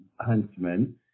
Huntsman